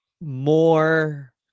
more